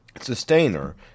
sustainer